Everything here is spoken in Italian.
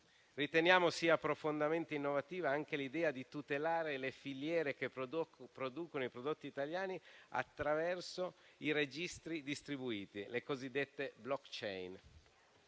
Riteniamo profondamente innovativa anche l'idea di tutelare le filiere che producono i prodotti italiani attraverso i registri distribuiti, le cosiddette *blockchain*.